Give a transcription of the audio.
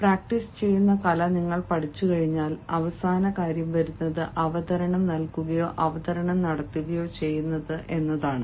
practice ചെയ്യുന്ന കല നിങ്ങൾ പഠിച്ചുകഴിഞ്ഞാൽ അവസാന കാര്യം വരുന്നത് അവതരണം നൽകുകയോ അവതരണം നടത്തുകയോ ചെയ്യുക എന്നതാണ്